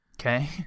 Okay